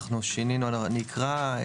אנחנו שינינו, אני אקרא.